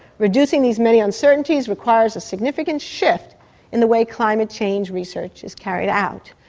reducing these many uncertainties requires a significant shift in the way climate change research is carried out.